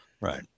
Right